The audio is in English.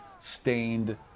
stained